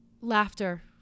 laughter